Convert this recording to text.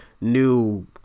new